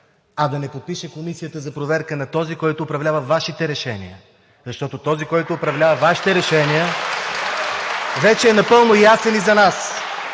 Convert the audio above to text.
а да не подпиша Комисията за проверка на този, който управлява Вашите решения? Защото този, който управлява Вашите решения… (ръкопляскания